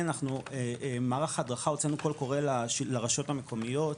הוצאנו קול קורא לרשויות המקומיות,